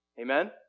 Amen